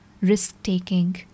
risk-taking